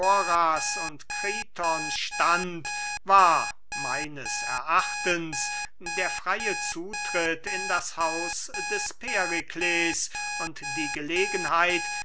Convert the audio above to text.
und kriton stand war meines erachtens der freye zutritt in das haus des perikles und die gelegenheit